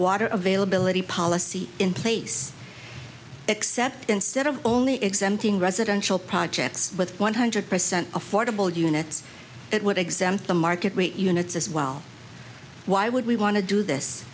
water availability policy in place except instead of only exempting residential projects with one hundred percent affordable units it would exempt the market rate units as well why would we want to do this